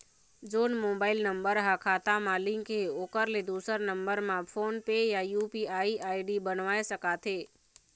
जोन mobile number हा खाता मा लिन्क हे ओकर ले दुसर नंबर मा फोन पे या यू.पी.आई आई.डी बनवाए सका थे?